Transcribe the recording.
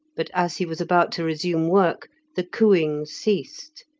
but as he was about to resume work the cooing ceased.